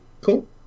Cool